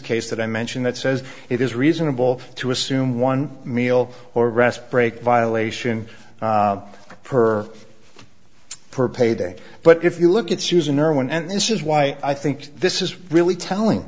case that i mentioned that says it is reasonable to assume one meal or rest break violation per per payday but if you look at susan irwin and this is why i think this is really telling